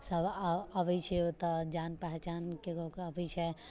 सभ आव अबैत छै ओतऽ जान पहचानके गाँव कऽ अबैत छै